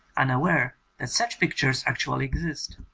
unaware that such pictures actually exist.